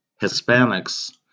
Hispanics